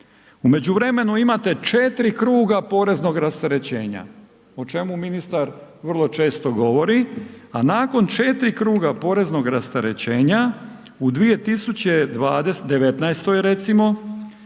U međuvremenu imate četiri kruga poreznog rasterećenja o čemu ministar vrlo često govori, a nakon četiri kruga poreznog rasterećenja u 2019. recimo